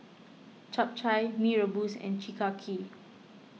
Chap Chai Mee Rebus and Chi Kak Kuih